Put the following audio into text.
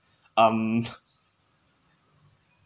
um